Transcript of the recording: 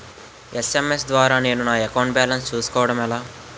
SMS ద్వారా నేను నా అకౌంట్ బాలన్స్ చూసుకోవడం ఎలా?